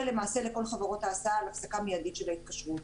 למעשה לכל חברותך ההסעה על הפסקה מיידית של ההתקשרות.